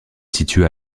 situe